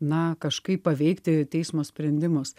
na kažkaip paveikti teismo sprendimus